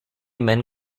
men